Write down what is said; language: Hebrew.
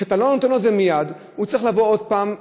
כשאתה לא נותן לו את זה מייד הוא צריך לבוא עוד פעם,